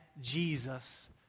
Jesus